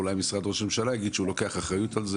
ואולי משרד ראש הממשלה יגיד שהוא לוקח אחריות על זה